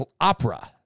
opera